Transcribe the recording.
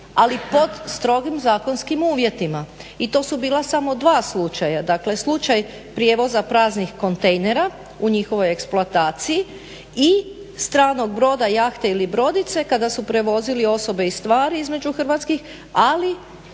ali pod strogim zakonskim uvjetima i to su bila samo dva slučaja. Dakle slučaj praznih kontejnera u njihovoj eksploataciji ili stranog broda jahte ili brodice kada su prevozili osobe i stvari između hrvatskih ali